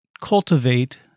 cultivate